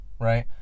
right